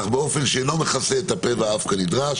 אך באופן שאינו מכסה את הפה והאף כנדרש